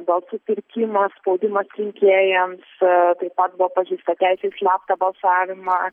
balsų pirkimas spaudimas rinkėjams o taip pat buvo pažeista teisė į slaptą balsavimą